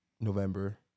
November